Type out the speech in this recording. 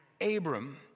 Abram